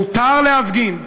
מותר להפגין,